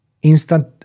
Instant